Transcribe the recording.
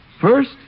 First